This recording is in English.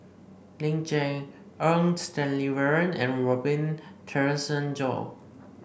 Ling Cher Eng Stanley Warren and Robin Tessensohn